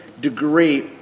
degree